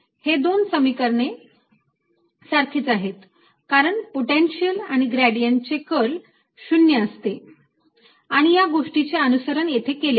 पण हे दोन समीकरणे सारखीच आहेत कारण की पोटेन्शिअल आणि ग्रेडियंट चे कर्ल हे 0 असते आणि या गोष्टीचे येथे अनुसरण केले आहे